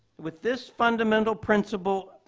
with this fundamental principle,